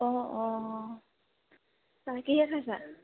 অঁ অঁ চাহ কিহেৰে খাইছা